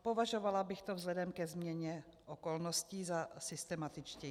Považovala bych to vzhledem ke změně okolností za systematičtější.